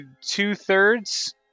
two-thirds